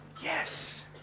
Yes